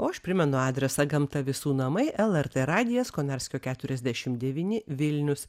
o aš primenu adresą gamta visų namai lrt radijas konarskio keturiasdešim devyni vilnius